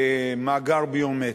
במאגר ביומטרי,